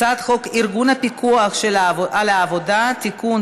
הצעת חוק ארגון הפיקוח על העבודה (תיקון,